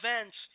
events